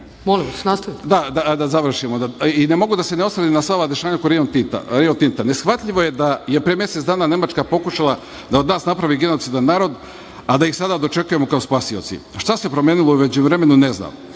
Stanojević** Samo da završim. Ne mogu da se ne osvrnem na sva ova dešavanja oko Rio Tinta. Neshvatljivo je da je pre mesec dana Nemačka pokušala da od nas napravi genocidan narod, a da ih sada dočekujemo kao spasioci. Šta se promenilo u međuvremenu ne znam.